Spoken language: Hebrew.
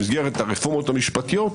במסגרת הרפורמות המשפטיות,